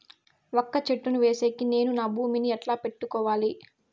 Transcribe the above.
వక్క చెట్టును వేసేకి నేను నా భూమి ని ఎట్లా పెట్టుకోవాలి?